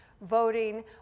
voting